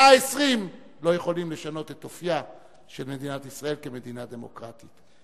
120 לא יכולים לשנות את אופיה של מדינת ישראל כמדינה דמוקרטית.